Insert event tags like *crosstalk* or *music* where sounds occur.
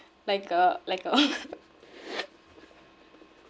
like a like a *laughs*